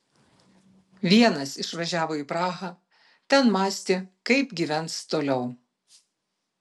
vienas išvažiavo į prahą ten mąstė kaip gyvens toliau